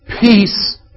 peace